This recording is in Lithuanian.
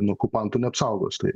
nu okupantų neapsaugos tai